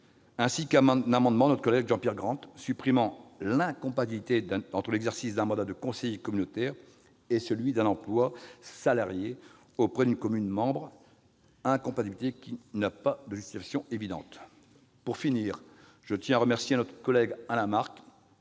ainsi qu'un amendement de notre collègue Jean-Pierre Grand tendant à supprimer l'incompatibilité entre l'exercice d'un mandat de conseiller communautaire et celui d'un emploi salarié auprès d'une commune membre, incompatibilité qui n'a pas de justification évidente. Pour finir, je tiens à remercier Alain Marc